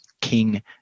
King